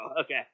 okay